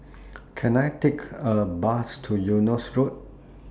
Can I Take A Bus to Eunos Road